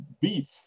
beef